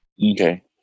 Okay